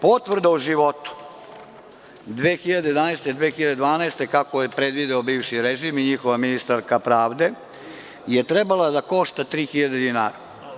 Potvrda o životu 2011, 2012. godine, kako je predvideo bivši režim i njihova ministarka pravde je trebala da košta 3.000 dinara.